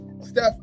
Steph